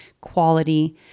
quality